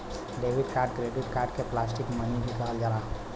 debit card credit card के plastic money भी कहल जाला